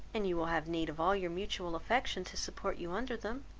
and you will have need of all your mutual affection to support you under them.